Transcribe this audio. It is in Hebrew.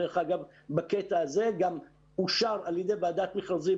דרך אגב, בקטע הזה גם אושר על ידי ועדת מכרזים.